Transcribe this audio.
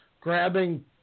Grabbing